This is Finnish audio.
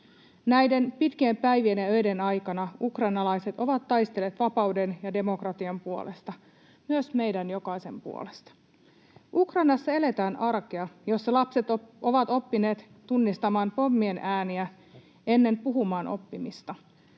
Näiden pitkien päivien ja öiden aikana ukrainalaiset ovat taistelleet vapauden ja demokratian puolesta, myös meidän jokaisen puolesta. Ukrainassa eletään arkea, jossa lapset ovat oppineet tunnistamaan pommien ääniä ennen puhumaan oppimista